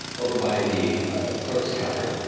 over by the the clerk's counter,